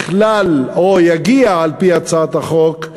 או תגיע על-פי הצעת החוק,